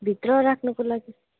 भित्र राख्नुको लागि